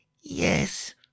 Yes